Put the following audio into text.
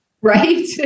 right